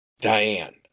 Diane